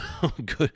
good